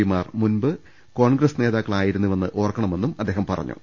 പിമാർ മുമ്പ് കോൺഗ്രസ് നേതാക്കളായി രുന്നുവെന്ന് ഓർക്കണമെന്നും അദ്ദേഹം പറഞ്ഞു